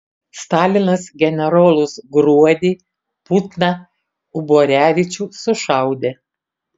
stalinas generolus gruodį putną uborevičių sušaudė